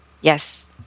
Yes